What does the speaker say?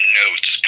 notes